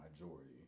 majority